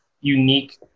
unique